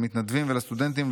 למתנדבים ולסטודנטים,